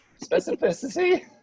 Specificity